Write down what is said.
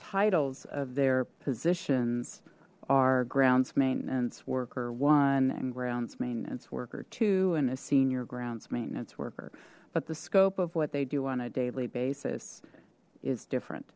titles of their positions are grounds maintenance worker one and grounds maintenance worker two and a senior grounds maintenance worker but the scope of what they do on a daily basis is different